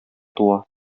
туа